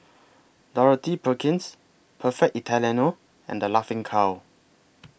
Dorothy Perkins Perfect Italiano and The Laughing Cow